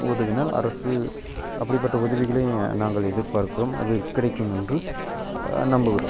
உதவினால் அரசு அப்படிப்பட்ட உதவிகளை நாங்கள் எதிர்பார்க்கிறோம் அது கிடைக்கும் என்று நம்புகிறோம்